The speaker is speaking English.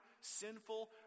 sinful